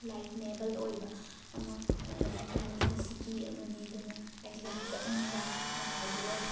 ꯂꯥꯏꯠꯅꯦꯕꯜ ꯑꯣꯏꯕ ꯑꯃ international city ꯑꯃꯅꯤ ꯑꯗꯨꯅ ꯑꯩꯗꯤ ꯌꯥꯝ ꯆꯠꯅꯤꯡꯕ ꯅꯨꯉꯥꯏꯕꯗꯨ ꯑꯣꯏ